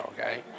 okay